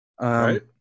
right